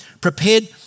prepared